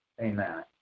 Amen